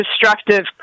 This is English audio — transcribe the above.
destructive